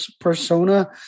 persona